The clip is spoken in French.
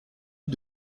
eus